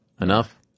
Enough